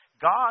God